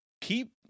keep